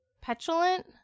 petulant